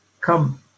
come